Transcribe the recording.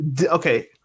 okay